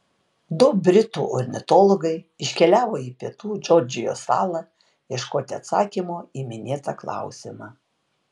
du britų ornitologai iškeliavo į pietų džordžijos salą ieškoti atsakymo į minėtą klausimą